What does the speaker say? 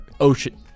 Ocean